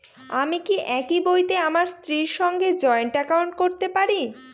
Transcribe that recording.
আমি কি একই বইতে আমার স্ত্রীর সঙ্গে জয়েন্ট একাউন্ট করতে পারি?